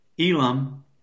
Elam